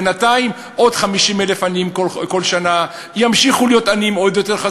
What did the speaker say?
בינתיים עוד 50,000 עניים כל שנה ימשיכו להיות עניים עוד יותר.